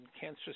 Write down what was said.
cancer